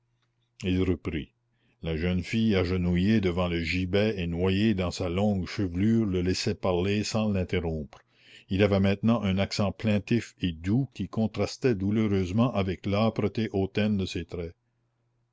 il reprit la jeune fille agenouillée devant le gibet et noyée dans sa longue chevelure le laissait parler sans l'interrompre il avait maintenant un accent plaintif et doux qui contrastait douloureusement avec l'âpreté hautaine de ses traits